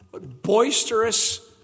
Boisterous